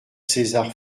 césar